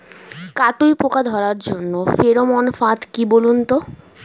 কাটুই পোকা ধরার জন্য ফেরোমন ফাদ কি বলুন তো?